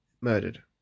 murdered